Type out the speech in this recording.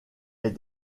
est